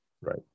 Right